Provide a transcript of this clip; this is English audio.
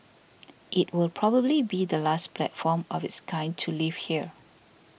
it will probably be the last platform of its kind to leave here